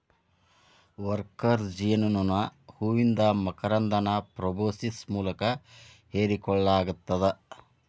worker ಜೇನನೋಣ ಹೂವಿಂದ ಮಕರಂದನ ಪ್ರೋಬೋಸಿಸ್ ಮೂಲಕ ಹೇರಿಕೋಳ್ಳಲಾಗತ್ತದ